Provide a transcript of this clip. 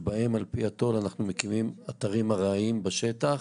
שבהם על פי התו"ל אנחנו מקימים אתרים ארעיים בשטח,